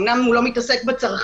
אומנם הוא לא מתעסק בצרכנים,